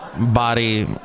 body